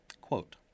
Quote